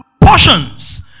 Portions